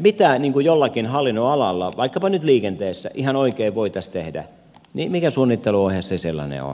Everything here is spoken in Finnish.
mitä jollakin hallinnonalalla vaikkapa nyt liikenteessä ihan oikeasti voitaisiin tehdä niin mikä suunnitteluohje se sellainen on